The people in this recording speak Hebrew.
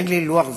אין לי לוח זמנים.